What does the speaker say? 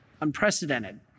unprecedented